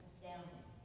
Astounding